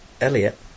Elliot